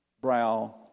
brow